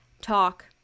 talk